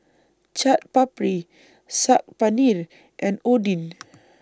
Chaat Papri Saag Paneer and Oden